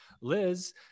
Liz